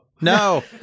no